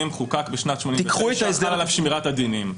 חוקק בשנת 1989 וחלה עליו שמיר הדינים.